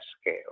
scale